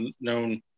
known